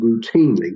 routinely